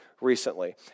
recently